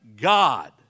God